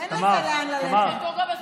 אין יותר לאן ללכת.